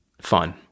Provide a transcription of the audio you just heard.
Fun